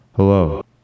Hello